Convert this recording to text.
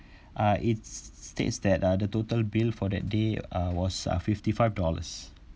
uh it's states that uh the total bill for that day uh was uh fifty-five dollars